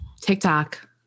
TikTok